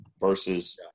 versus